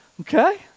Okay